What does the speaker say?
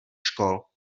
škol